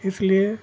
इसलिए